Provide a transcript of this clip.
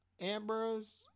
Ambrose